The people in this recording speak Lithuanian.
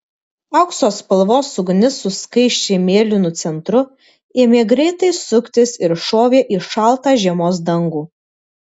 aukso spalvos ugnis su skaisčiai mėlynu centru ėmė greitai suktis ir šovė į šaltą žiemos dangų